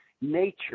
nature